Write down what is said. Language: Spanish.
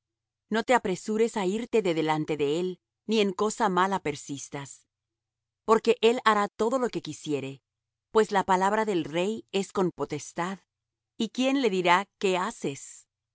no te apresures á irte de delante de él ni en cosa mala persistas porque él hará todo lo que quisiere pues la palabra del rey es con potestad y quién le dirá qué haces